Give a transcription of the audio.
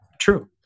true